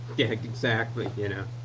yeah exactly! you know